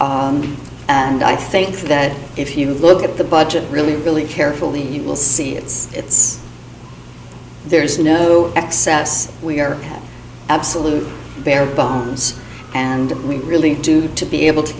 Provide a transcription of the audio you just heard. and i think that if you look at the budget really really carefully you will see it's it's there's no excess we are absolute bare bones and we really do to be able to